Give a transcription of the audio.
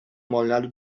molhado